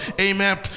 Amen